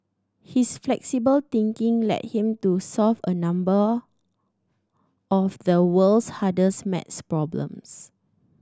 his flexible thinking led him to solve a number of the world's hardest math problems